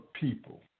people